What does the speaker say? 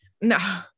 no